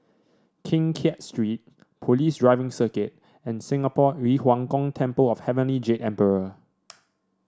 Keng Kiat Street Police Driving Circuit and Singapore Yu Huang Gong Temple of Heavenly Jade Emperor